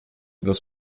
was